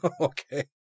Okay